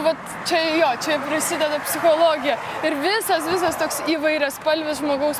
vat čia jo čia prasideda psichologija ir visas visas toks įvairiaspalvis žmogaus